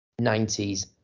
90s